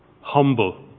humble